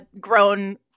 grown